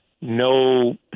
no